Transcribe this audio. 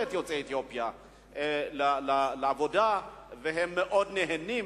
את יוצאי אתיופיה לעבודה מאוד נהנים